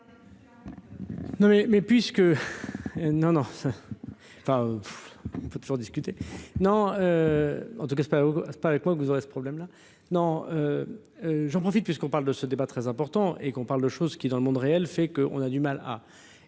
Oui, mais puisque non, non, enfin, on peut toujours discuter non, en tout cas c'est pas, c'est pas avec moi que vous aurez ce problème-là, non, j'en profite puisqu'on parle de ce débat très important et qu'on parle de choses qui dans le monde réel, fait que on a du mal à.